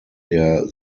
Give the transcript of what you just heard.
der